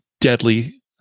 deadly